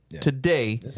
today